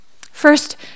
First